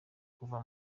kuwa